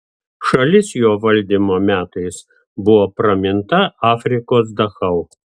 šalis jo valdymo metais buvo praminta afrikos dachau